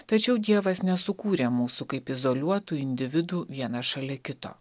tačiau dievas nesukūrė mūsų kaip izoliuotų individų vieną šalia kito